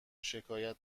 شکایت